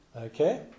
Okay